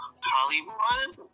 Hollywood